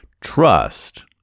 trust